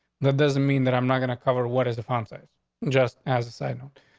that doesn't mean that i'm not gonna cover what is the font size just as a side note.